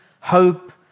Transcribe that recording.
hope